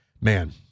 man